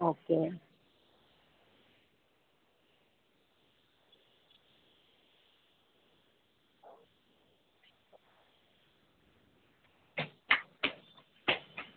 okay